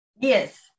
Yes